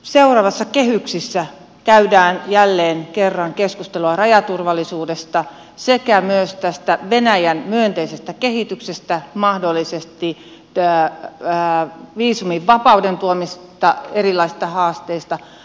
seuraavissa kehyksissä käydään jälleen kerran keskustelua rajaturvallisuudesta sekä myös tästä venäjän myönteisestä kehityksestä ja mahdollisesti viisumivapauden tuomista erilaisista haasteista